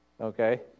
Okay